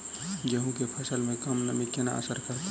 गेंहूँ केँ फसल मे कम नमी केना असर करतै?